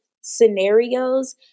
scenarios